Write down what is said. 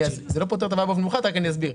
זה לא פותר את הבעיה באופן מיוחד אבל אני אסביר.